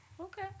Okay